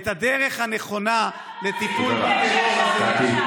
את הדרך הנכונה לטיפול בטרור הזה.